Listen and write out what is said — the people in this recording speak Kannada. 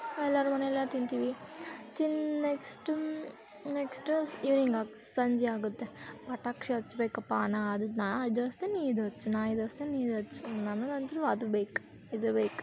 ಎಲ್ಲರೂ ಮನೆಲ್ಲಿ ತಿಂತೀವಿ ತಿಂದು ನೆಕ್ಸ್ಟು ನೆಕ್ಸ್ಟ ಈವ್ನಿಂಗ್ ಆಗಿ ಸಂಜೆ ಆಗುತ್ತೆ ಪಟಾಕಿ ಹಚ್ಬೇಕಪ್ಪ ನಾ ಅದು ನಾ ಇದು ಹಚ್ತೇನೆ ನೀ ಇದು ಹಚ್ ನಾ ಇದು ಹಚ್ತೇನೆ ನೀ ಇದು ಹಚ್ ನನ್ಗಂತೂ ಅದು ಬೇಕು ಇದು ಬೇಕು